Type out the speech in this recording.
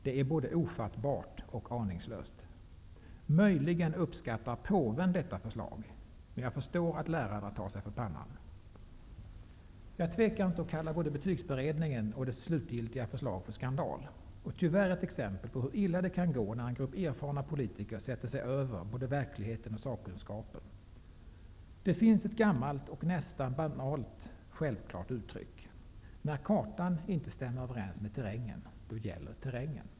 Det är både ofattbart och aningslöst. Möjligen uppskattar påven detta förslag, men jag förstår att lärarna tar sig för pannan. Jag tvekar inte att kalla både betygsberedningen och dessa slutgiltiga förslag för skandal och ett exempel på hur illa det tyvärr kan gå när en grupp erfarna politiker sätter sig över både verkligheten och sakkunskapen. Det finns ett gammalt och nästan banalt självklart uttryck: när kartan inte stämmer överens med terrängen, då gäller terrängen.